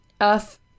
Earth